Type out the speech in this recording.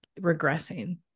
regressing